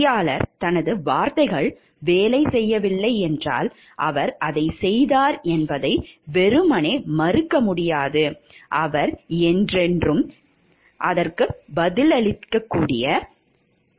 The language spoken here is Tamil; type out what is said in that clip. பொறியாளர் தனது வார்த்தைகள் வேலை செய்யவில்லை என்றால் அவர் அதைச் செய்தார் என்பதை வெறுமனே மறுக்க முடியாது அவர் என்றென்றும் கேடுகெட்டவர்